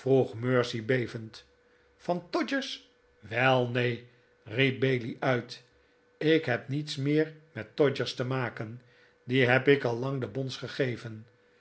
van todgers wei neen riep bailey uit ik heb niets meer met todgers te maken die heb ik al lang de bons gegeven